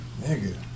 Nigga